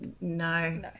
no